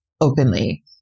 openly